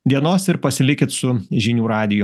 dienos ir pasilikit su žinių radiju